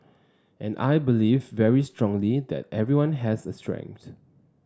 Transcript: and I believe very strongly that everyone has a strength